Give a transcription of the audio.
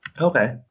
Okay